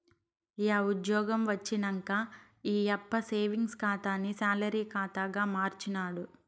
yeah ఉజ్జ్యోగం వచ్చినంక ఈ ఆయప్ప సేవింగ్స్ ఖాతాని సాలరీ కాతాగా మార్చినాడు